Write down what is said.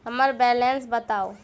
हम्मर बैलेंस बताऊ